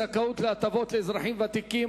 זכאות להטבות לאזרחים ותיקים),